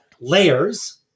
layers